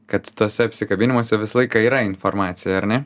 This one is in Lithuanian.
kad tuose apsikabinimuose visą laiką yra informacija ar ne